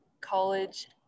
college